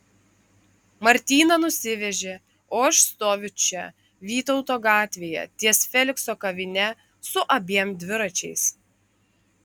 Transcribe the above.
martyną nusivežė o aš stoviu čia vytauto gatvėje ties felikso kavine su abiem dviračiais